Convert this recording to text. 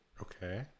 Okay